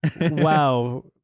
Wow